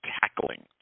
tackling